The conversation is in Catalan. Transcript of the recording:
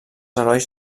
herois